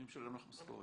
מי משלם לך משכורת?